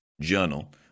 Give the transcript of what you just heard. Journal